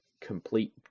complete